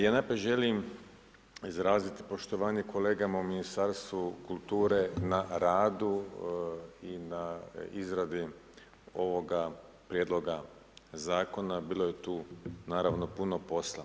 Ja unaprijed želim izraziti poštovanje kolegama u Ministarstvu kulture na radu i na izradi ovoga prijedloga zakona, bilo je tu naravno puno posla.